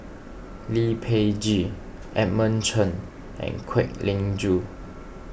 Lee Peh Gee Edmund Chen and Kwek Leng Joo